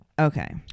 Okay